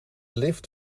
lift